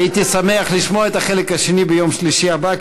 הייתי שמח לשמוע את החלק השני ביום שלישי הבא,